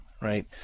Right